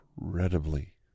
incredibly